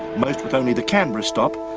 most with only the canberra stop,